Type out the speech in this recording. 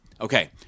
Okay